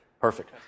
Perfect